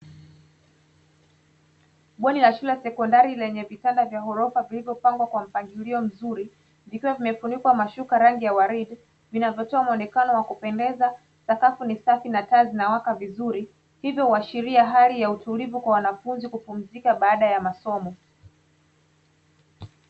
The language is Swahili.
Bweni la shule la sekondari lenye vitanda vya ghorofa vilivyopangwa kwa mpangilio mzuri .vikiwa vimefunikwa mashuka, rangi ya uwaridi vinavyotoa mwonekano wa kupendeza ,sakafu ni safi na taa zinawaka vizuri ,hivyo huashiria hali ya utulivu ya wanafunzi kupunzika baada ya masomo.